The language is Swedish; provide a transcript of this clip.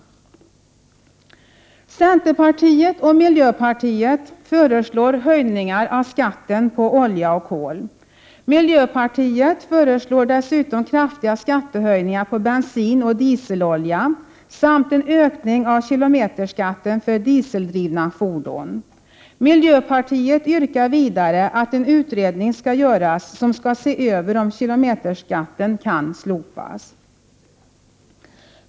1988/89:119 Centerpartiet och miljöpartiet föreslår höjningar av skatten på olja och 23 maj 1989 kol. Miljöpartiet föreslår dessutom kraftiga skattehöjningar på bensin och = HH — dieselolja samt en ökning av kilometerskatten för dieseldrivna fordon. Miljöpartiet yrkar vidare att en utredning skall skall tillsättas för att se över om kilometerskatten kan slopas.